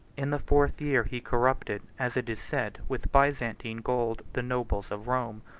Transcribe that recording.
in the fourth year he corrupted, as it is said, with byzantine gold, the nobles of rome,